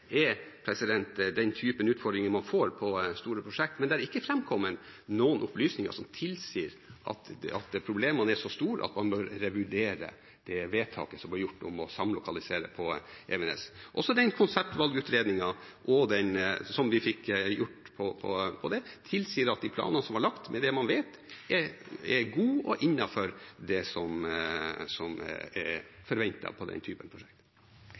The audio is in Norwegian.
den typen utfordringer man får på store prosjekt, men det har ikke framkommet noen opplysninger som tilsier at problemene er så store at man bør revurdere det vedtaket som ble gjort om å samlokalisere på Evenes. Også den konseptvalgutredningen som vi fikk laget, tilsier at de planene som ble lagt, med det man vet, er gode og innenfor det som er forventet ved den typen prosjekt.